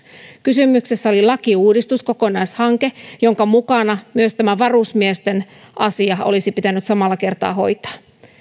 kysymyksessä oli lakiuudistus kokonaishanke jonka mukana tämä varusmiesten asia olisi pitänyt samalla kertaa hoitaa